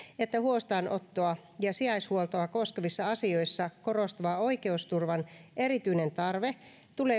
että huostaanottoa ja sijaishuoltoa koskevissa asioissa korostuva oikeusturvan erityinen tarve tulee